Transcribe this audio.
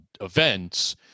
events